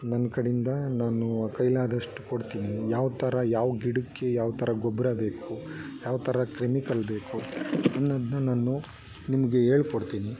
ನನ್ನ ಕಡೆಯಿಂದ ನಾನು ಕೈಲಾದಷ್ಟು ಕೊಡ್ತೀನಿ ಯಾವ ಥರ ಯಾವ ಗಿಡಕ್ಕೆ ಯಾವ ಥರ ಗೊಬ್ಬರ ಬೇಕು ಯಾವ ಥರ ಕ್ರಿಮಿಕಲ್ ಬೇಕು ಅನ್ನೋದನ್ನ ನಾನು ನಿಮಗೆ ಹೇಳ್ಕೊಡ್ತೀನಿ